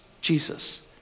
Jesus